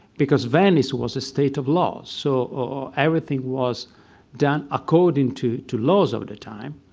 because venice was a state of laws, so everything was done according to to laws of the time,